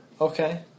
Okay